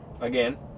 Again